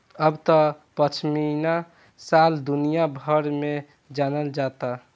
अब त पश्मीना शाल दुनिया भर में जानल जाता